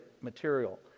material